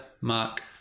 Mark